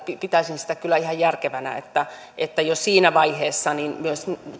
pitäisin sitä kyllä ihan järkevänä että että jo siinä vaiheessa myös